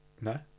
No